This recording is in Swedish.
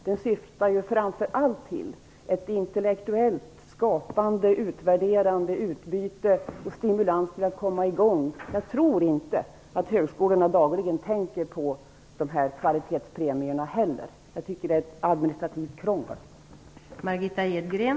Det syftar framför allt till ett intellektuellt skapande och utvärderande utbyte samt stimulans till att komma i gång. Jag tror inte att man på högskolorna dagligen tänker på kvalitetspremier heller. Jag tycker att det innebär ett administrativt krångel.